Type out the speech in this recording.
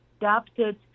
adapted